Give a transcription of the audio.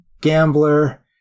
gambler